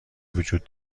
وجود